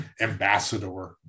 ambassador